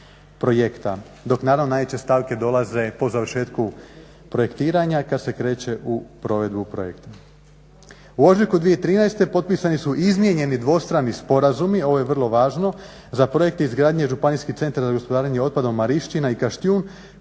dok naravno najveće stavke dolaze po završetku projektiranja kad se kreće u provedbu projekta. U ožujku 2013. potpisani su izmijenjeni dvostrani sporazumi, ovo je vrlo važno, za projekt izgradnje županijskih centara za gospodarenje otpadom Mariščina i Kaštijun